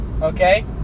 Okay